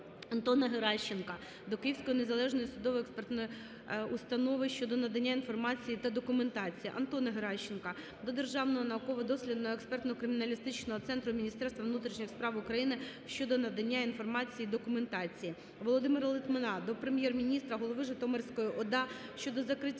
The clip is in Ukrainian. Антона Геращенка до Київської незалежної судово-експертної установи щодо надання інформації та документації. Антона Геращенка до Державного науково-дослідного експертно-криміналістичного центру Міністерства внутрішніх справ України щодо надання інформації, документації. Володимира Литвина до Прем'єр-міністра України, голови Житомирської ОДА що до закриття